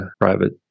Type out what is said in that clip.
private